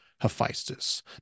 Hephaestus